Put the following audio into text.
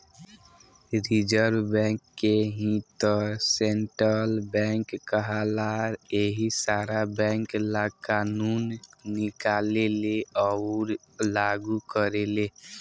reserve bank के ही त सेन्ट्रल बैंक कहाला इहे सारा बैंक ला कानून निकालेले अउर लागू करेले